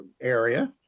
area